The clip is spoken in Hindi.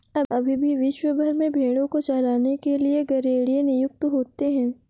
अभी भी विश्व भर में भेंड़ों को चराने के लिए गरेड़िए नियुक्त होते हैं